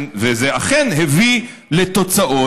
וזה אכן הביא לתוצאות.